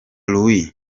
luis